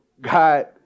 God